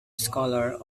scholar